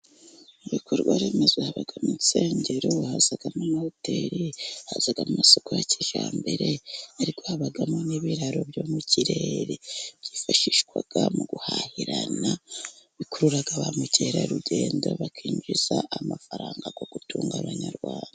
Mu bikorwaremezo haba mu nsengero, haza n' amahoteli, haza amasoko ya kijyambere, ariko habamo n' ibiraro byo mu kirere, byifashishwa mu guhahirana, bikurura ba mukerarugendo bakinjiza amafaranga mu gutunga abanyarwanda.